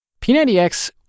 P90X